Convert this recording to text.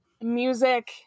music